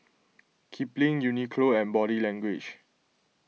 Kipling Uniqlo and Body Language